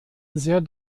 sehr